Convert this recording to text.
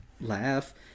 Laugh